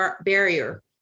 barrier